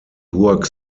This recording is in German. burg